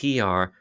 pr